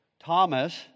Thomas